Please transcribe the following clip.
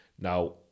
now